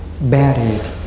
buried